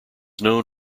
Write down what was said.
known